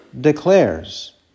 declares